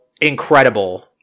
incredible